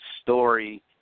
story